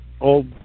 old